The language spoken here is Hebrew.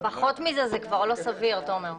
פחות מזה זה כבר לא סביר, תומר.